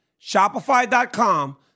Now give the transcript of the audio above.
Shopify.com